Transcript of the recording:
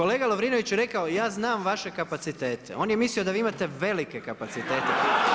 Kolega Lovrinović je rekao „ja znam vaše kapacitete“, on je mislio da vi imate velike kapacitete.